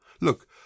Look